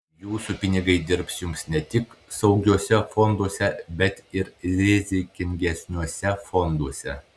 jūsų pinigai dirbs jums ne tik saugiuose fonduose bet ir rizikingesniuose fonduose